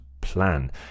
plan